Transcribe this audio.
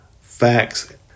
facts